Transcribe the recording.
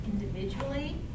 individually